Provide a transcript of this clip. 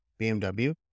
BMW